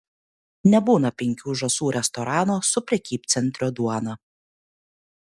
nebūna penkių žąsų restorano su prekybcentrio duona